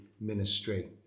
ministry